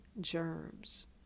germs